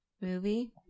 movie